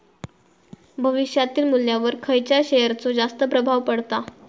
भविष्यातील मुल्ल्यावर खयच्या शेयरचो जास्त प्रभाव पडता?